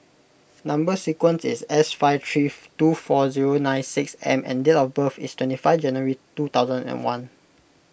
Number Sequence is S five three two four zero nine six M and date of birth is twenty five January two thousand and one